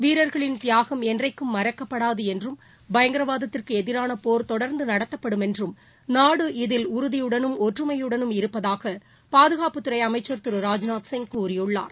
வீரர்களின் தியாகம் என்றைக்கும் மறக்கப்படாது என்றும் பயங்கரவாதத்திற்கு எதிரான போர் தொடர்ந்து நடத்தப்படும் என்றும் நாடு இதில் உறுதியுனும் ஒற்றுமையுடனும் இருப்பதாக பாதுகாப்புத்துறை அமைச்சர் திரு ராஜ்நாத்சிங் கூறியுள்ளார்